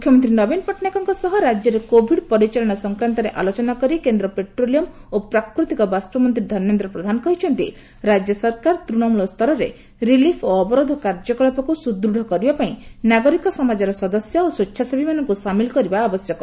ମୁଖ୍ୟମନ୍ତ୍ରୀ ନବୀନ ପଟ୍ଟନାୟକଙ୍କ ସହ ରାକ୍ୟରେ କୋଭିଡ ପରିଚାଳନା ସଂକ୍ରାନ୍ତରେ ଆଲୋଚନା କରି କେନ୍ଦ୍ର ପେଟ୍ରୋଲିୟମ ଓ ପ୍ରାକୃତିକ ବାଷ୍ପମନ୍ତ୍ରୀ ଧର୍ମେନ୍ଦ୍ର ପ୍ରଧାନ କହିଛନ୍ତି ରାଜ୍ୟ ସରକାର ତୃଣମଳ ସ୍ତରରେ ରିଲିଫ ଓ ଅବରୋଧ କାର୍ଯ୍ୟକଳାପକୁ ସୁଦୃଢ କରିବା ପାଇଁ ନାଗରିକ ସମାଜର ସଦସ୍ୟ ଓ ସ୍ୱେଚ୍ଛାସେବୀମାନଙ୍କୁ ସାମିଲ କରିବା ଆବଶ୍ୟକ